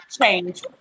change